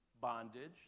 bondage